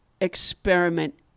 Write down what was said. experiment